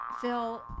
Phil